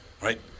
right